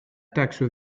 taxe